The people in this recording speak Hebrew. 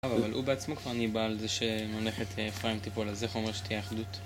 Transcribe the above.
אבל הוא בעצמו כבר ניבא על זה ממלכת אפריים תיפול, אז אומר שתהיה יחדות.